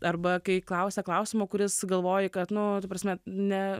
arba kai klausia klausimo kuris galvoji kad nu ta prasme ne